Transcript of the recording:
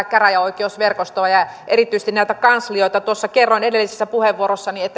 käräjäoikeusverkostoa ja erityisesti näitä kanslioita kerroin edellisessä puheenvuorossani